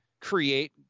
create